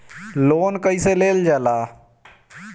Loan कईसे लेल जाला?